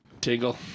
tingle